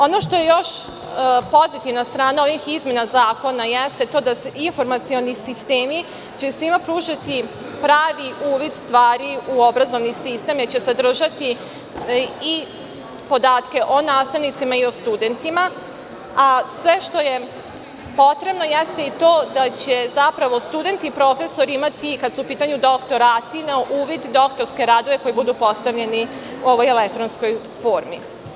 Ono što je još pozitivna strana ovih izmena zakona jeste to da će informacioni sistemi svima pružiti pravi uvid stvari u obrazovni sistem, jer će sadržati i podatke o nastavnicima i o studentima, a sve što je potrebno jeste i to da će zapravo i studenti i profesori imati, kada su u pitanju doktorati, na uvid doktorske radove koji budu postavljeni u elektronskoj formi.